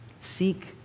Seek